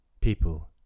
People